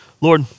Lord